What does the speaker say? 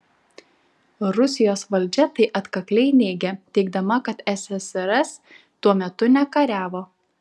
rusijos valdžia tai atkakliai neigia teigdama kad ssrs tuo metu nekariavo